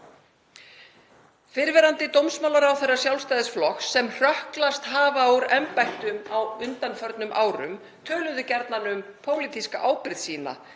Fyrrverandi dómsmálaráðherra Sjálfstæðisflokks sem hrökklast hafa úr embættum á undanförnum árum töluðu gjarnan um pólitíska ábyrgð sína